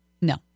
No